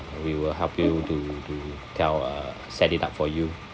we will help you to to tell uh set it up for you